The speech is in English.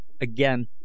Again